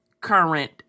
current